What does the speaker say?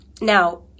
Now